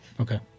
Okay